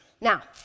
Now